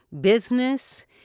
business